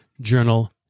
journal